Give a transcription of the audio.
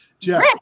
Jeff